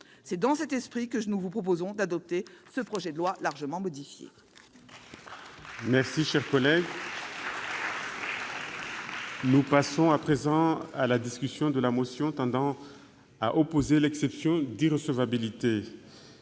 C'est dans cet esprit que nous vous proposons d'adopter ce projet de loi, largement modifié.